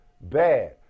bad